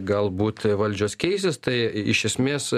galbūt valdžios keisis tai iš esmės